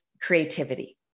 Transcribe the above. creativity